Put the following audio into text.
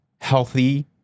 healthy